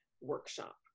workshop